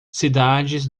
cidades